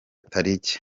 tariki